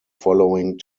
following